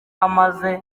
amaze